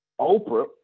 Oprah